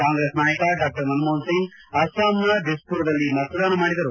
ಕಾಂಗ್ರೆಸ್ ನಾಯಕ ಡಾ ಮನಮೋಹನ್ಸಿಂಗ್ ಅಸ್ಲಾಂನ ದಿಸ್ಪುರದಲ್ಲಿ ಮತದಾನ ಮಾಡಿದರು